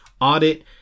audit